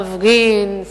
מפגין,